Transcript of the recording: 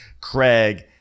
Craig